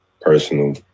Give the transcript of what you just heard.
personal